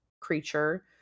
creature